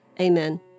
Amen